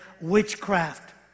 witchcraft